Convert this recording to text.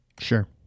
Sure